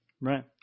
Right